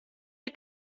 ihr